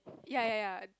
ya ya ya